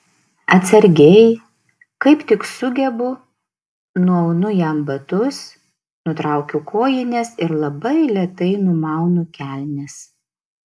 atsargiai kaip tik sugebu nuaunu jam batus nutraukiu kojines ir labai lėtai numaunu kelnes